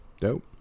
dope